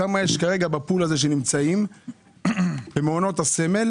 לענות כמה יש כרגע בפול שנמצאים במעונות הסמל